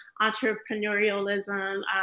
entrepreneurialism